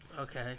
Okay